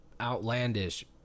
outlandish